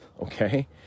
okay